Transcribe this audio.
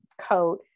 coat